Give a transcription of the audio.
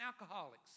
alcoholics